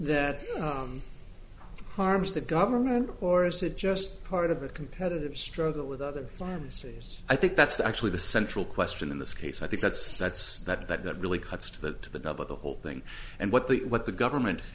that harms the government or is it just part of a competitive struggle with other pharmacies i think that's actually the central question in this case i think that's that's that that that really cuts to the the nub of the whole thing and what the what the government